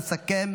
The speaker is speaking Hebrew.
לסכם.